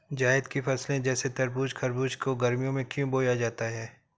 जायद की फसले जैसे तरबूज़ खरबूज को गर्मियों में क्यो बोया जाता है?